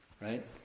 Right